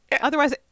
Otherwise